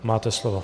Máte slovo.